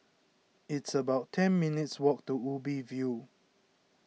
it's about ten minutes' walk to Ubi View